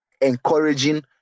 encouraging